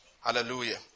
Hallelujah